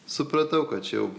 supratau kad čia jau